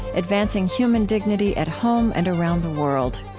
advancing human dignity at home and around the world.